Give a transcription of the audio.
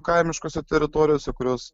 kaimiškose teritorijose kurios